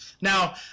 Now